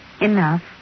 Enough